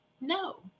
no